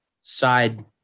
side